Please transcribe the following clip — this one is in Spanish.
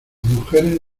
mujeres